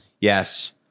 Yes